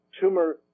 tumor